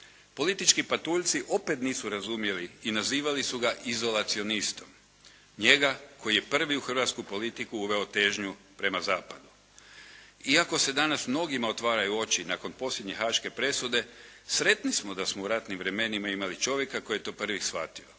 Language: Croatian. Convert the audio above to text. Politički patuljci opet nisu razumjeli i nazivali su ga izolacionistom, njega koji je prvi u hrvatsku politiku uveo težnju prema zapadu. Iako se danas mnogima otvaraju oči nakon posljednje Haaške presude sretni smo da smo u ratnim vremenima imali čovjeka koji je to prvi shvatio,